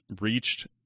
reached